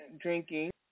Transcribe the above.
drinking